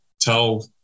tell